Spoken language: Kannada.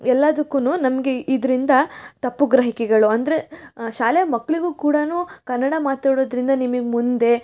ಎಲ್ಲದಕ್ಕೂ ನಮಗೆ ಇದರಿಂದ ತಪ್ಪು ಗ್ರಹಿಕೆಗಳು ಅಂದರೆ ಶಾಲೆ ಮಕ್ಕಳಿಗೂ ಕೂಡ ಕನ್ನಡ ಮಾತಾಡೋದರಿಂದ ನಿಮಗೆ ಮುಂದೆ